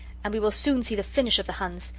and we will soon see the finish of the huns.